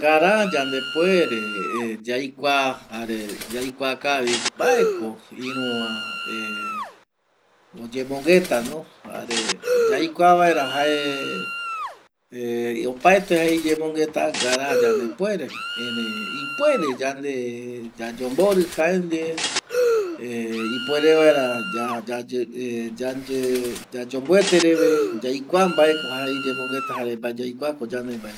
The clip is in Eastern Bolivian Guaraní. Ngara yandepuere yaikua kavi mbae ko ïru va oyemongueta, yaikuavaera jae opaete jae iyemongueta ngara yandepuere ërei ipuere yande yayomborɨ jaendie ipuere vaera yayomboete reve yaikua ko mbae jae iyemongueta jare mbae jae yende yemongueta